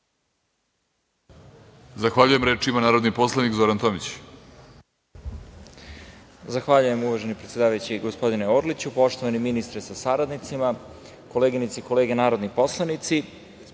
Zahvaljujem. Reč ima narodni poslanik Zoran Tomić.